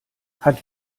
hat